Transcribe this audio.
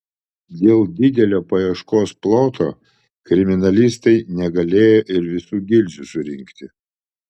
dėl didelio paieškos ploto kriminalistai negalėjo ir visų gilzių surinkti